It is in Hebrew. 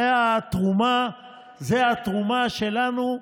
זו התרומה שלנו.